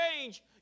change